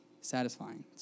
satisfying